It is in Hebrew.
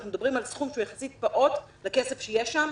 אנחנו מדברים על סכום שהוא יחסית פעוט מהכסף שיש שם,